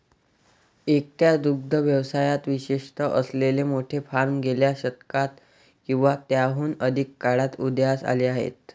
एकट्या दुग्ध व्यवसायात विशेष असलेले मोठे फार्म गेल्या शतकात किंवा त्याहून अधिक काळात उदयास आले आहेत